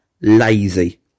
lazy